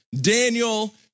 Daniel